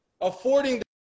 Affording